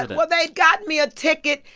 and well, they got me a ticket,